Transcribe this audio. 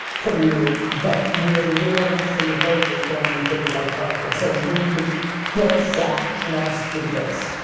from you, but where you are missing the boat is going in for the right hook. and so you need to grow a sack and ask for the biz.